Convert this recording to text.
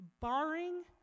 barring